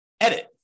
edit